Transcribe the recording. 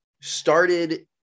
started